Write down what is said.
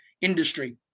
industry